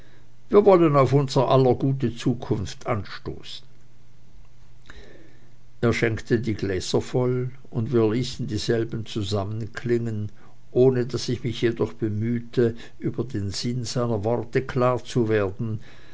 wir wollen auf unser aller gute zukunft anstoßen er schenkte die gläser voll und wir ließen dieselben zusammenklingen ohne daß ich mich jedoch bemühte über den sinn seiner worte